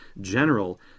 general